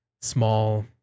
small